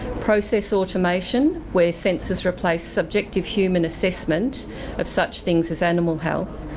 process automation where sensors replace subjective human assessment of such things as animal health,